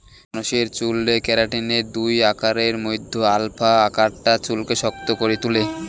মানুষের চুলরে কেরাটিনের দুই আকারের মধ্যে আলফা আকারটা চুলকে শক্ত করি তুলে